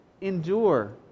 endure